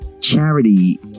charity